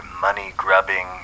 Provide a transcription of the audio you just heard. money-grubbing